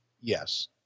yes